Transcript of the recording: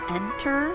enter